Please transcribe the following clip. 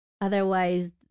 Otherwise